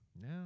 No